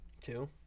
Two